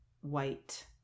white